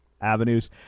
avenues